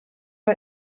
tym